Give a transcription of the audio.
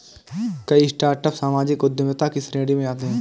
कई स्टार्टअप सामाजिक उद्यमिता की श्रेणी में आते हैं